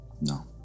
No